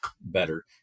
better